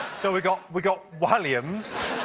so we've got, we've got walliams.